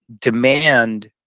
demand